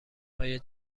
های